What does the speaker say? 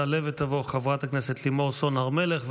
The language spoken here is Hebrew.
תעלה ותבוא חברת הכנסת לימור סון הר מלך,